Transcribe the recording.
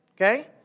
okay